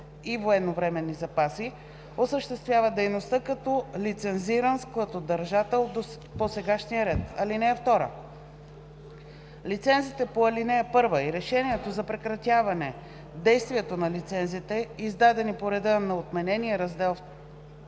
и военновременни запаси“ осъществява дейността като лицензиран складодържател по досегашния ред. (2) Лицензите по ал. 1 и решението за прекратяване действието на лицензите, издадени по реда на отменения раздел IIа на